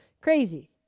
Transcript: Crazy